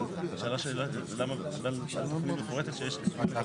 בנפרד כי היה פה